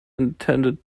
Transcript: intended